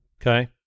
Okay